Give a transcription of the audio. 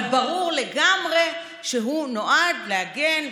אבל ברור לגמרי שהוא נועד להגן,